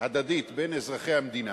בין אזרחי המדינה,